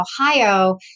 ohio